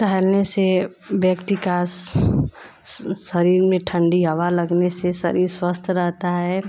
टहलने से व्यक्ति का शरीर में ठंडी हवा लगने से शरीर स्वस्थ राहत है